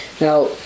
Now